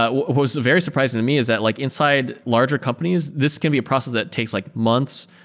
ah what's very surprising to me is that like inside larger companies, this can be a process that takes like months,